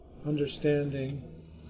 understanding